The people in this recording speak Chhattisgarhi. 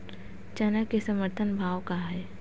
चना के समर्थन भाव का हे?